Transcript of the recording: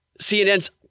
CNN's